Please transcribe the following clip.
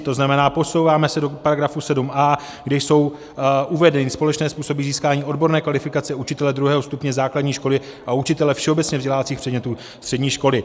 To znamená, posouváme se do § 7a, kde jsou uvedeny společné způsoby získání odborné kvalifikace učitele druhého stupně základní školy a učitele všeobecně vzdělávacích předmětů střední školy.